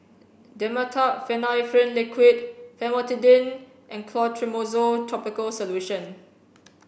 Dimetapp Phenylephrine Liquid Famotidine and Clotrimozole topical solution